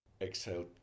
Exhale